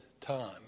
time